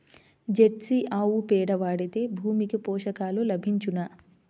Jersey ఆవు పేడ వాడితే భూమికి పోషకాలు లభించునా?